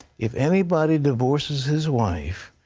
if anybody divorces his wife,